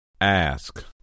Ask